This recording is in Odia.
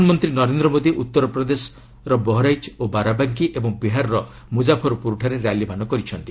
ପ୍ରଧାନମନ୍ତ୍ରୀ ନରେନ୍ଦ୍ର ମୋଦି ଉତ୍ତରପ୍ରଦେଶ ବହରାଇଜ୍ ଓ ବାରାବାଙ୍କି ଓ ବିହାରର ମୁଜାଫରପୁରଠାରେ ର୍ୟାଲିମାନ କରିଛନ୍ତି